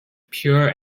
pure